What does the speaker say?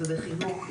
ובחינוך,